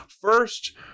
first